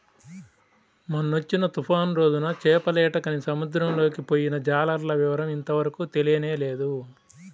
మొన్నొచ్చిన తుఫాను రోజున చేపలేటకని సముద్రంలోకి పొయ్యిన జాలర్ల వివరం ఇంతవరకు తెలియనేలేదు